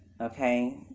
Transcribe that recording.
okay